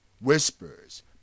whispers